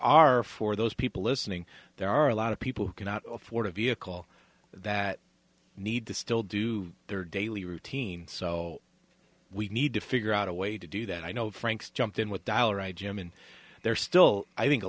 are for those people listening there are a lot of people who cannot afford a vehicle that need to still do their daily routine so we need to figure out a way to do that i know franks jumped in with dollar jim and they're still i think a